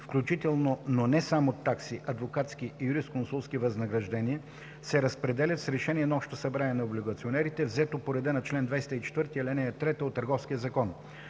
включително но не само такси, адвокатски и юрисконсултски възнаграждения, се разпределят с решение на общото събрание на облигационерите, взето по реда на чл. 204, ал. 3 от Търговския закон.